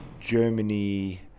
Germany